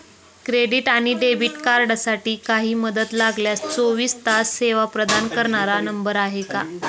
Credit आणि debit कार्डसाठी काही मदत लागल्यास चोवीस तास सेवा प्रदान करणारा नंबर आहे का?